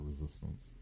resistance